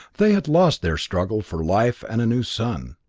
they had lost their struggle for life and a new sun,